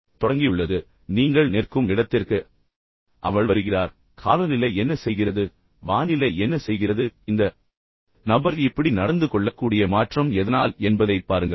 எனவே நிழல் இருக்கும் இடத்தில் நீங்கள் நிற்கும் இடத்திற்கு அவள் வருகிறார் எனவே காலநிலை என்ன செய்கிறது வானிலை என்ன செய்கிறது இந்த நபர் இப்படி நடந்து கொள்ளக்கூடிய மாற்றம் எதனால் என்பதைப் பாருங்கள்